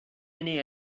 any